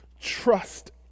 Trust